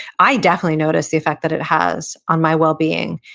i definitely notice the effect that it has on my wellbeing.